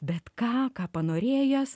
bet ką ką panorėjęs